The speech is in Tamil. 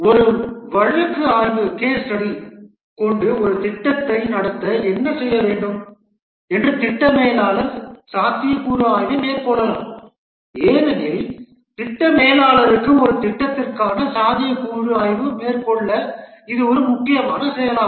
ஒரு வழக்கு ஆய்வு கொண்டு ஒரு திட்டத்தை நடத்த என்ன செய்ய வேண்டும் என்று திட்ட மேலாளர் சாத்தியக்கூறு ஆய்வை மேற்கொள்ளலாம் ஏனெனில் திட்ட மேலாளருக்கு ஒரு திட்டத்திற்கான சாத்தியக்கூறு ஆய்வை மேற்கொள்ள இது ஒரு முக்கியமான செயலாகும்